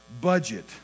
budget